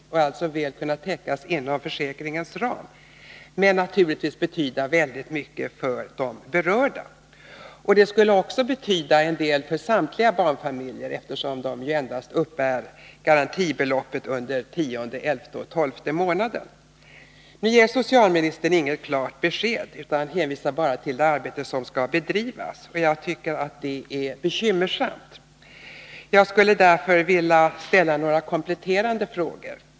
Det skulle alltså väl kunna täckas inom försäkringens ram men naturligtvis betyda väldigt mycket för de berörda. Det skulle också betyda en del för samtliga barnfamiljer, eftersom de endast uppbär garantibeloppet under den tionde, elfte och tolfte månaden. Nu ger socialministern inget klart besked, utan hänvisar bara till det arbete som skall bedrivas. Jag tycker att det är bekymmersamt. Jag skulle därför vilja ställa några kompletterande frågor.